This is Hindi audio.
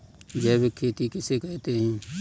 जैविक खेती किसे कहते हैं?